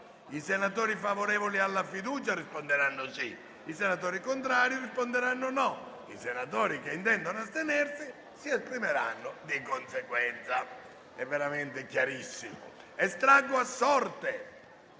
I senatori favorevoli alla fiducia risponderanno sì; i senatori contrari risponderanno no; i senatori che intendono astenersi si esprimeranno di conseguenza. Estraggo ora a sorte